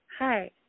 Hi